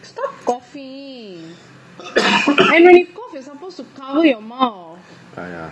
stop coughing and when you cough you are supposed to cover your mouth